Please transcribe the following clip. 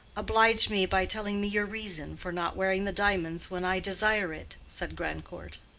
oblige me by telling me your reason for not wearing the diamonds when i desire it, said grandcourt.